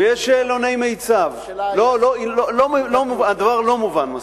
ויש שאלוני מיצ"ב, לא, הדבר לא מובן מספיק.